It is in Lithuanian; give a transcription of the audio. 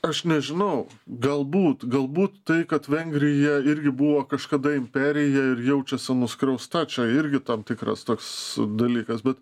aš nežinau galbūt galbūt tai kad vengrija irgi buvo kažkada imperija ir jaučiasi nuskriausta čia irgi tam tikras toks dalykas bet